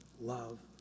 love